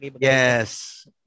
yes